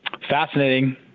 Fascinating